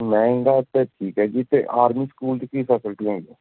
ਮਹਿੰਗਾ ਤਾਂ ਠੀਕ ਹੈ ਜੀ ਅਤੇ ਆਰਮੀ ਸਕੂਲ 'ਚ ਕੀ ਫਸਿਲਿਟੀਆਂ ਹੈਗੀਆਂ